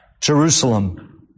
Jerusalem